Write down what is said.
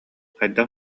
хайдах